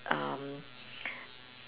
um